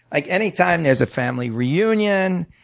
like any time there's a family reunion,